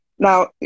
Now